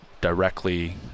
directly